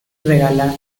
regalar